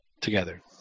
together